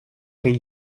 geen